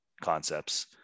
concepts